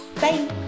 bye